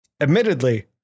Admittedly